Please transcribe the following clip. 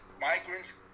migrants